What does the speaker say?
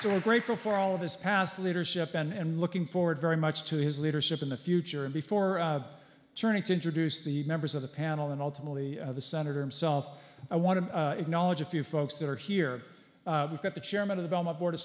so grateful for all of his past leadership and looking forward very much to his leadership in the future and before turning to introduce the members of the panel and ultimately the senator himself i want to acknowledge a few folks that are here we've got the chairman of the belmont